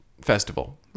festival